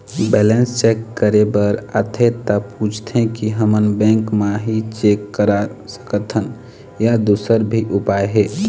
Balance check करे बर आथे ता पूछथें की हमन बैंक मा ही चेक करा सकथन या दुसर भी उपाय हे?